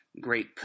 great